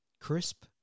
crisp